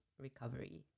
recovery